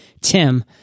Tim